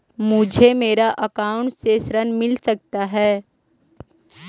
मुझे मेरे अकाउंट से ऋण मिल सकता है?